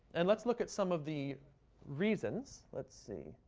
and let's look at some of the reasons. let's see,